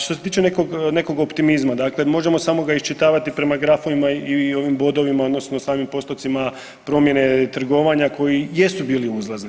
Što se tiče nekog optimizma, dakle možemo ga samo iščitavati prema grafovima i ovim bodovima odnosno samim postocima promjene trgovanja koji jesu bili uzlazni.